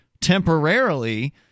temporarily